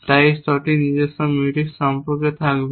তাই এই স্তরটির নিজস্ব Mutex সম্পর্ক থাকবে